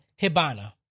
Hibana